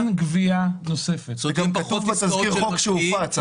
אין גבייה נוספת, וזה גם כתוב בתזכיר החוק שהופץ.